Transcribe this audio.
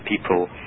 people